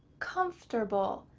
comfortable,